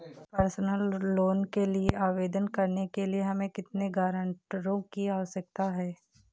Personal loan के लिए आवेदन करने के लिए हमें कितने गारंटरों की आवश्यकता है?